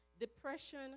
depression